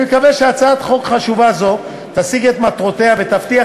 אני מקווה שהצעת חוק חשובה זו תשיג את מטרותיה ותבטיח